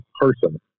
person